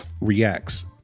reacts